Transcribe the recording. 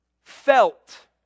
felt